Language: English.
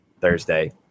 Thursday –